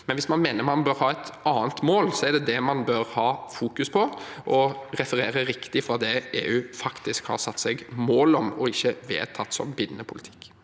tid. Hvis man mener man bør ha et annet mål, er det det man bør fokusere på, og referere riktig fra det EU faktisk har satt seg mål om, og ikke vedtatt som bindende politikk.